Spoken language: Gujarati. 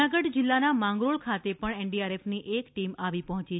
જૂનાગઢ જીલ્લાના માંગરીળ ખાતે પણ એનડીઆરએફની એક ટીમ આવી પહોંચી છે